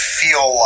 feel